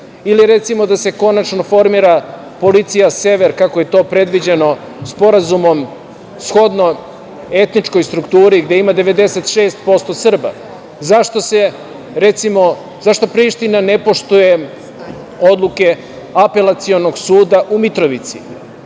ili da se konačno formira policija sever kako je to predviđeno Sporazumom shodno etničkoj strukturi gde ima 96% Srba? Zašto Priština ne poštuje odluke Apelacionog suda u Mitrovici